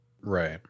right